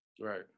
right